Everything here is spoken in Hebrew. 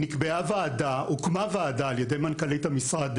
הוקמה ועדה ע"י מנכ"לית המשרד,